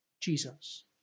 Jesus